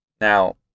Now